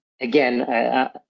again